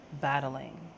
battling